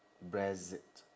brexit